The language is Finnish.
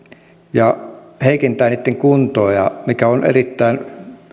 ja heikentää niitten kuntoa mikä on erittäin